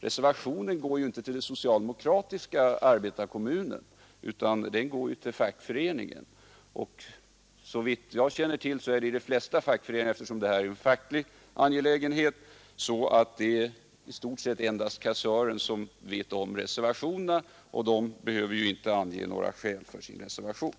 Reservationen går ju inte till den socialdemokratiska arbetarkommunen, utan den går till fackföreningen. I stort sett är det endast kassören i fackföreningen som känner till reservationen, och man behöver ju inte ange några skäl för sin reservation.